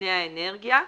דיני האנרגיה,